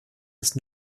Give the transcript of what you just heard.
ist